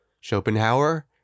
Schopenhauer